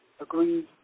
agreed